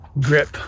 grip